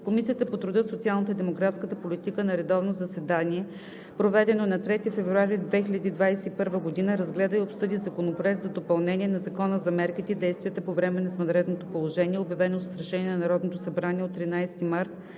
Комисията по труда, социалната и демографската политика на редовно заседание, проведено на 3 февруари 2021 г., разгледа и обсъди Законопроект за допълнение на Закона за мерките и действията по време на извънредното положение, обявено с решение на Народното събрание от 13 март